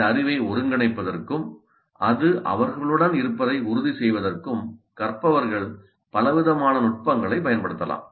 இந்த அறிவை ஒருங்கிணைப்பதற்கும் அது அவர்களுடன் இருப்பதை உறுதி செய்வதற்கும் கற்பவர்கள் பலவிதமான நுட்பங்களைப் பயன்படுத்தலாம்